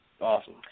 Awesome